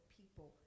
people